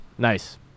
Nice